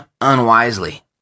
unwisely